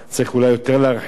צריך אולי יותר להרחיב,